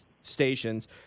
stations